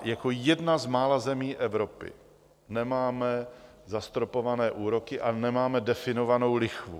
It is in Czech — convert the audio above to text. Jako jedna z mála zemí Evropy nemáme zastropované úroky a nemáme definovanou lichvu.